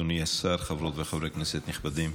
אדוני השר, חברות וחברי כנסת נכבדים,